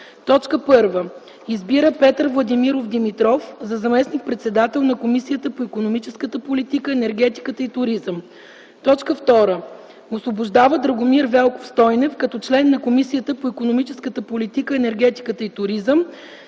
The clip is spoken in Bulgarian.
РЕШИ: 1. Избира Петър Владимиров Димитров за заместник-председател на Комисията по икономическата политика, енергетиката и туризъм. 2. Освобождава Драгомир Велков Стойнев като член на Комисията по икономическата политика, енергетиката и туризъм.